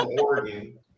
Oregon